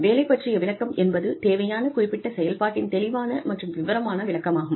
வேலை பற்றிய விளக்கம் என்பது தேவையான குறிப்பிட்ட செயல்பாட்டின் தெளிவான மற்றும் விவரமான விளக்கமாகும்